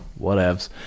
Whatevs